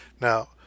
Now